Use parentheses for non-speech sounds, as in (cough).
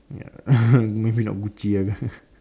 ya (laughs) maybe not Gucci (laughs)